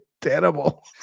terrible